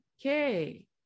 okay